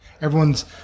Everyone's